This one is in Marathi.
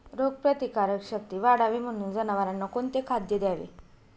रोगप्रतिकारक शक्ती वाढावी म्हणून जनावरांना कोणते खाद्य द्यावे?